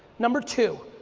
number two,